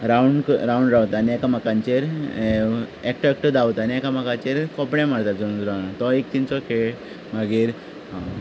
round round रावता आनी एकामेकांचेर एकटो एकटो धांवता आनी एकामेकाचेर कपडे मारतात लळोन लळोन तो एक तेंचो खेळ मागीर